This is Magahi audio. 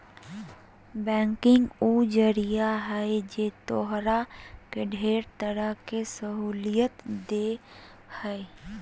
बैंकिंग उ जरिया है जे तोहरा के ढेर तरह के सहूलियत देह हइ